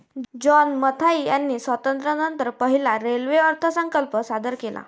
John Mathai यांनी स्वातंत्र्यानंतर पहिला रेल्वे अर्थसंकल्प सादर केला